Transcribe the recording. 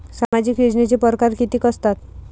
सामाजिक योजनेचे परकार कितीक असतात?